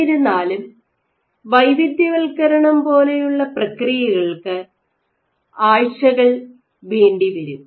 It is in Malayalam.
എന്നിരുന്നാലും വൈവിധ്യവൽക്കരണം പോലെയുള്ള പ്രക്രിയകൾക്ക് ആഴ്ചകൾ വേണ്ടി വരും